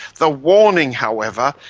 the warning, however,